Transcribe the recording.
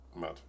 Mad